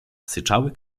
syczały